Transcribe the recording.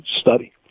study